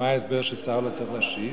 מה ההסבר ששר לא צריך להשיב?